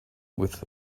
with